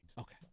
Okay